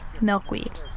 milkweed